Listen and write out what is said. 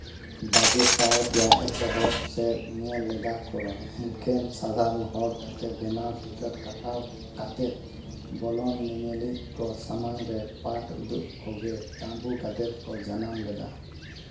ᱵᱟᱜᱮ ᱥᱟᱭ ᱨᱮᱭᱟᱜ ᱮᱛᱚᱦᱚᱵ ᱥᱮᱫ ᱧᱮᱞ ᱞᱮᱫᱟᱠᱚ ᱮᱠᱮᱱ ᱥᱟᱫᱷᱟᱨᱚᱱ ᱦᱚᱲ ᱠᱟᱛᱮ ᱵᱮᱱᱟᱣ ᱴᱤᱠᱤᱴ ᱠᱟᱴᱟᱣ ᱠᱟᱛᱮᱫ ᱵᱚᱞᱚᱱ ᱧᱮᱧᱮᱞᱤᱡ ᱠᱚ ᱥᱟᱢᱟᱝ ᱨᱮ ᱯᱟᱴᱷ ᱩᱫᱩᱜ ᱠᱚᱜᱮ ᱛᱟᱹᱵᱩ ᱜᱟᱫᱮᱞ ᱠᱚ ᱡᱟᱱᱟᱢ ᱞᱮᱫᱟ